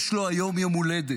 יש לו היום יום הולדת.